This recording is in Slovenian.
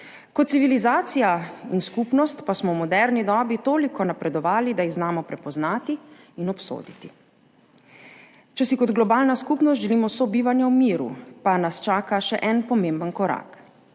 kot civilizacija in skupnost pa smo v moderni dobi toliko napredovali, da jih znamo prepoznati in obsoditi. Če si kot globalna skupnost želimo sobivanja v miru, pa nas čaka še en pomemben korak.